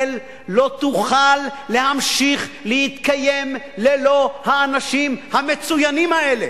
ישראל לא תוכל להמשיך להתקיים ללא האנשים המצוינים האלה.